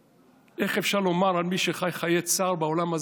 איך אפשר לומר על מי שחי חיי צער בעולם הזה,